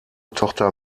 tochter